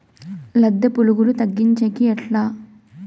లద్దె పులుగులు తగ్గించేకి ఎట్లా?